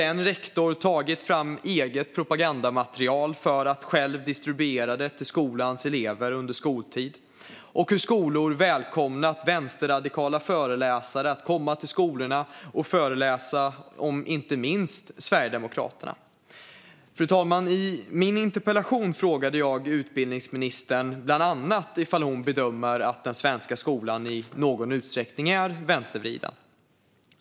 En rektor har tagit fram eget propagandamaterial för att själv distribuera till skolans elever under skoltid. Skolor har välkomnat vänsterradikala föreläsare att föreläsa om inte minst Sverigedemokraterna. Fru talman! I min interpellation frågade jag utbildningsministern bland annat om hon bedömer att den svenska skolan i någon utsträckning är vänstervriden.